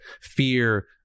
fear